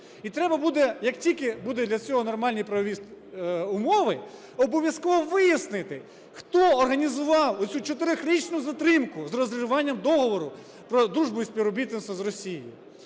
І треба буде, як тільки буде для цього нормальні правові умови, обов'язково вияснити, хто організував оцю чотирирічну затримку з розриванням договору про дружбу і співробітництво з Росією.